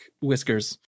Whiskers